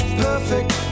perfect